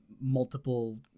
multiple